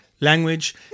language